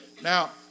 Now